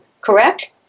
Correct